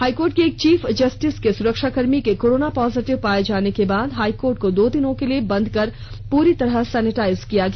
high के एक chief justice के सुरक्षाकर्मी के कोरोना पॉजिटिव आने के बाद हाईकोर्ट को दो दिनों के लिए बंद कर पूरी तरह से सैनिटाइज किया गया